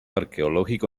arqueológico